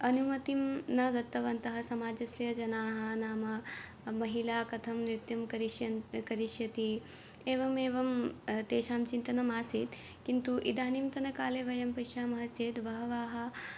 अनुमतिं न दत्तवन्तः समाजस्य जनाः नाम महिला कथं नृत्यं करिष्यन्ति करिष्यति एवमेवं तेषां चिन्तनम् आसीत् किन्तु इदानीन्तनकाले वयं पश्यामः चेत् बहवः